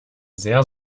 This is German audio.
sehr